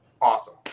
awesome